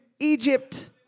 Egypt